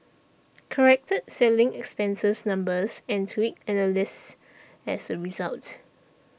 corrected selling expenses numbers and tweaked analyses as a result